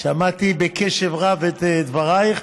שמעתי בקשב רב את דברייך,